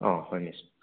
ꯑꯥꯎ ꯍꯣꯏ ꯃꯤꯁ